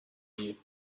you